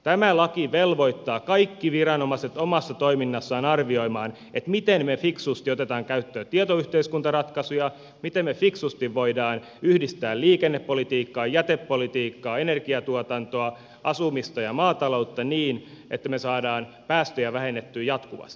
tämä laki velvoittaa kaikki viranomaiset omassa toiminnassaan arvioimaan miten me fiksusti otamme käyttöön tietoyhteiskuntaratkaisuja miten me fiksusti voimme yhdistää liikennepolitiikkaa jätepolitiikkaa energiatuotantoa asumista ja maataloutta niin että me saamme päästöjä vähennettyä jatkuvasti